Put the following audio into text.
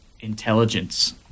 intelligence